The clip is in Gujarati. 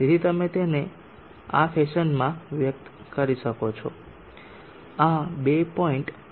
તેથી તમે તેને આ ફેશનમાં વ્યક્ત કરી શકો છો આ 2